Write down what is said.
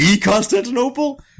Constantinople